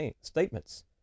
statements